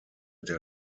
der